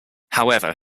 however